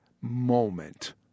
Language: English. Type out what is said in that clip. moment